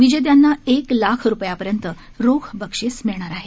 विजेत्यांना एक लाख रुपयांपर्यंत रोख बक्षिसं मिळणार आहेत